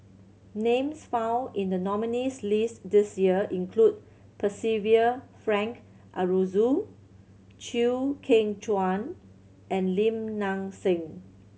names found in the nominees' list this year include Percival Frank Aroozoo Chew Kheng Chuan and Lim Nang Seng